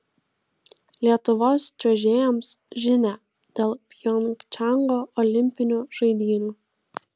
lietuvos čiuožėjams žinia dėl pjongčango olimpinių žaidynių